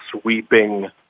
sweeping